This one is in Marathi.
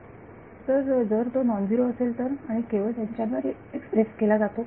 विद्यार्थी तर जर तो नॉन झिरो असेल तर आणि केवळ यांच्याद्वारे एक्सप्रेस केला जातो